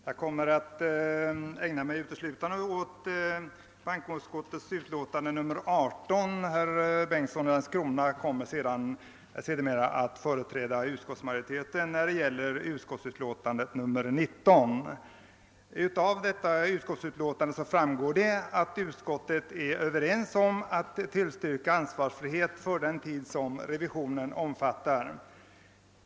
Herr talman! Jag skall ägna mig uteslutande åt bankoutskottets utlåtande nr 18. Herr Bengtsson i Landskrona kommer senare att företräda utskottsmajoriteten när det gäller bankoutskottets utlåtande nr 19. Av bankoutskottets utlåtande nr 18 framgår det att utskottet är enigt om att tillstyrka ansvarsfrihet för den tid som revisionen omfattar.